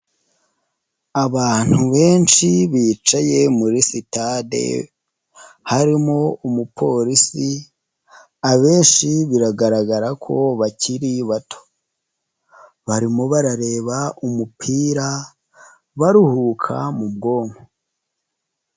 Abantu benshi bicaye muri sitade, harimo umupolisi, abenshi biragaragara ko bakiri bato. Barimo barareba umupira, baruhuka mu bwonko.